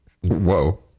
Whoa